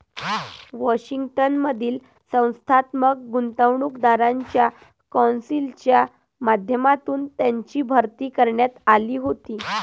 Washington मधील संस्थात्मक गुंतवणूकदारांच्या कौन्सिलच्या माध्यमातून त्यांची भरती करण्यात आली होती